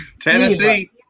Tennessee